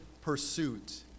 pursuit